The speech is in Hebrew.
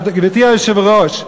גברתי היושבת-ראש,